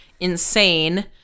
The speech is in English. Insane